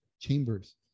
chambers